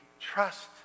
trust